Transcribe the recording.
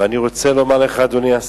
ואני רוצה לומר לך, אדוני השר,